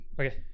Okay